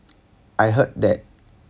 I heard that